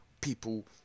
people